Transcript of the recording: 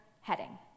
heading